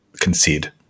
concede